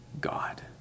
God